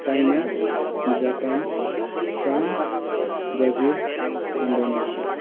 China Japan France Brazil Indonesia